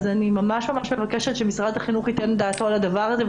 אני מבקשת שמשרד החינוך ייתן את דעתו על הדבר הזה.